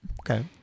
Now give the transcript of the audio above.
Okay